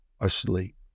asleep